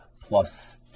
plus